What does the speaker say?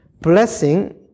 Blessing